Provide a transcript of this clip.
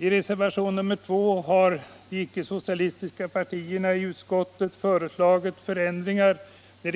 I reservationen 2 har de icke-socialistiska partierna i utskottet föreslagit förändringar i